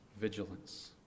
vigilance